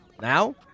Now